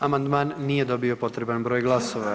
Amandman nije dobio potreban broj glasova.